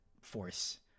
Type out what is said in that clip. force